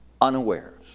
unawares